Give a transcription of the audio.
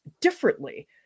differently